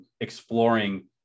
exploring